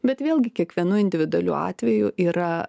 bet vėlgi kiekvienu individualiu atveju yra